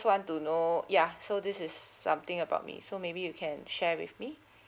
want to know yeah so this is something about me so maybe you can share with me